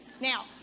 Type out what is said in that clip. Now